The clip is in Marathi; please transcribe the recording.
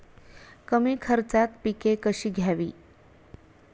कमी खर्चात पिके कशी घ्यावी?